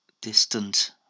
distant